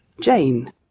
Jane